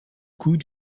coût